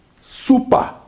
super